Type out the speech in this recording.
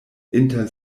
inter